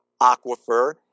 Aquifer